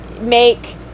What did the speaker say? make